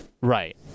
right